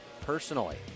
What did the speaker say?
personally